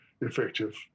effective